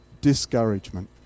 discouragement